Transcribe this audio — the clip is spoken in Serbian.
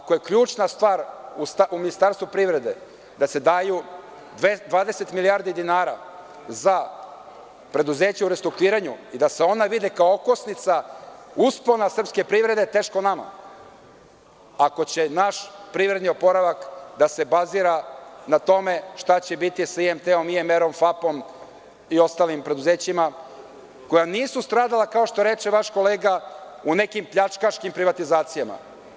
Ako je ključna stvar u Ministarstvu privrede da se da 20 milijardi dinara za preduzeća u restrukturiranju i da se ona vide kao okosnica uspona srpske privrede, teško nama, ako će naš privredni oporavak da se bazira na tome šta će biti sa IMT-om, IMR-om, FAP-om i ostalim preduzećima koja nisu stradala, kao što reče vaš kolega, u nekim pljačkaškim privatizacijama.